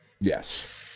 Yes